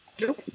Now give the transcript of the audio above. Nope